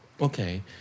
Okay